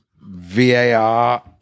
VAR –